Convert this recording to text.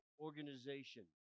organization